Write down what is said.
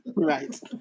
Right